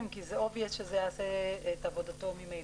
כי זה obvious שזה יעשה את עבודתו ממילא.